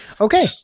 okay